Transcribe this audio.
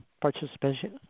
participation